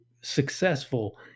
successful